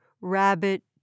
rabbit